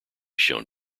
shown